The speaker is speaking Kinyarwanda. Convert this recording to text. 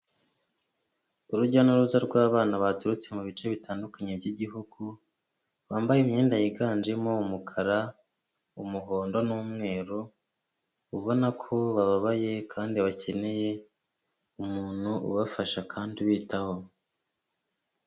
Urujya n'uruza rw'abana baturutse mu bice bitandukanye by'igihugu, bambaye imyenda yiganjemo umukara, umuhondo n'umweru, ubona ko bababaye kandi bakeneye umuntu ubafasha kandi ubitaho.